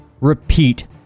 Repeat